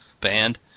band